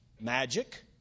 magic